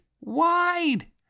wide